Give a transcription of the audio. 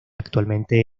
actualmente